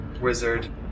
Wizard